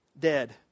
dead